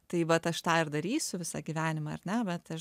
tai vat aš tą ir darysiu visą gyvenimą ar ne bet aš